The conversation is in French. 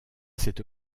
cette